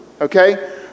okay